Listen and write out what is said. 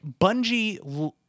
Bungie